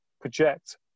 Project